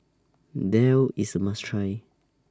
Daal IS A must Try